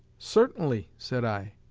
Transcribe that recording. certainly, said i.